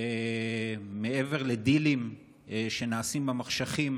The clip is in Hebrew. שמעבר לדילים שנעשים במחשכים